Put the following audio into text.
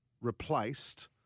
replaced